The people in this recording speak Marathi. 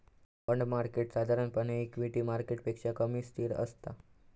बाँड मार्केट साधारणपणे इक्विटी मार्केटपेक्षा कमी अस्थिर असता